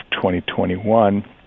2021